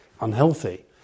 unhealthy